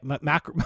Mac